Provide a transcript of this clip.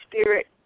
spirit